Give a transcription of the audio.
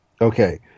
okay